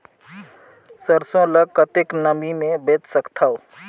सरसो ल कतेक नमी मे बेच सकथव?